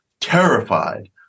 terrified